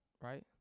right